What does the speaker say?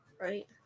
Right